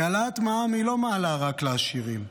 כי העלאת מע"מ לא מעלה רק לעשירים,